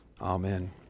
Amen